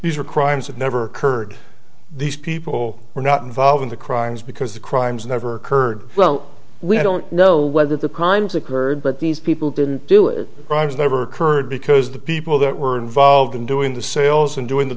are crimes have never occurred these people were not involved in the crimes because the crimes never occurred well we don't know whether the crimes occurred but these people didn't do it rhymes never occurred because the people that were involved in doing the sales and doing the